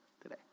today